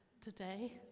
today